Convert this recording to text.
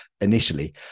initially